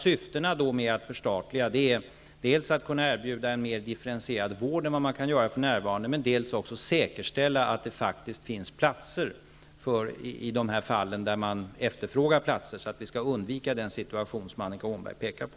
Syftena med ett förstatligande är dels att kunna erbjuda en mer differentierad vård än vad som är möjligt för närvarande, dels att säkerställa att det faktiskt finns platser i de fall då platser efterfrågas, så att vi kan undvika sådana situationer som Annika Åhnberg pekar på.